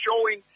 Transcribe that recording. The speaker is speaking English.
showing